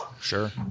sure